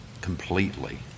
completely